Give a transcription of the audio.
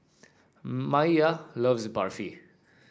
Maiya loves Barfi